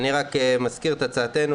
אני רק מזכיר את הצעתנו,